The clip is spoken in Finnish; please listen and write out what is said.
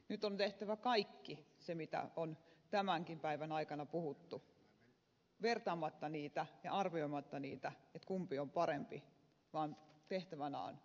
nyt on tehtävä kaikki se mitä on tämänkin päivän aikana puhuttu vertaamatta ja arvioimatta niitä toimia mikä on parasta on tehtävä ne kaikki